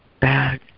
bad